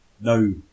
no